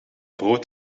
brood